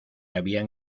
habían